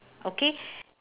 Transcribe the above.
okay